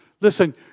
Listen